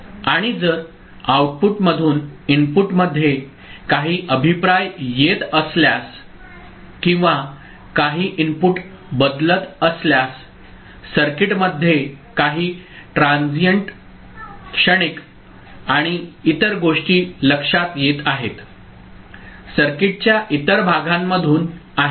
आणि जर आउटपुटमधून इनपुटमध्ये काही अभिप्राय येत असल्यास किंवा काही इनपुट बदलत असल्यास सर्किटमध्ये काही ट्रान्झिएंट क्षणिक आणि इतर गोष्टी लक्षात येत आहेत सर्किटच्या इतर भागांमधून आहेत